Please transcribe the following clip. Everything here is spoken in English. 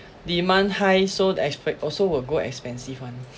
demand high so the expe~ also will go expensive [one]